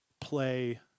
play